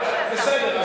בסדר.